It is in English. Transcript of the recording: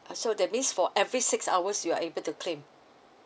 ah so that means for every six hours you are able to claim